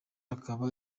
akaba